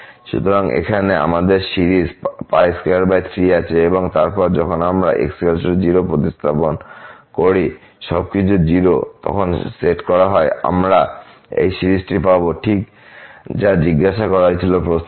সুতরাং এখানে আমাদের সিরিজ 23 আছে এবং তারপর যখন আমরা এখানে x 0প্রতিস্থাপিত করি সবকিছু 0 এবং সেখানে সেট করা হয় আমরা এই সিরিজটি পাবো যা ঠিক সেই সিরিজ যা জিজ্ঞাসা করা হয়েছিল প্রশ্নটি